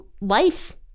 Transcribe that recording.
life